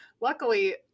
luckily